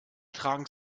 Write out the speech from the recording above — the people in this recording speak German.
tragen